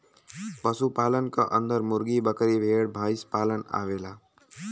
पशु पालन क अन्दर मुर्गी, बकरी, भेड़, भईसपालन आवेला